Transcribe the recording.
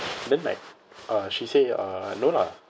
then like uh she say uh no lah